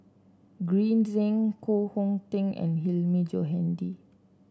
Green Zeng Koh Hong Teng and Hilmi Johandi